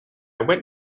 went